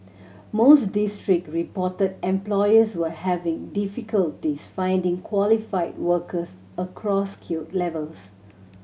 most district reported employers were having difficulties finding qualified workers across skill levels